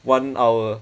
one hour